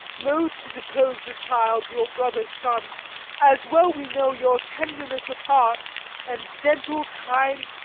loath to depose the child, your brother's son as well we know your tenderness of heart and gentle, kind,